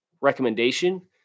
recommendation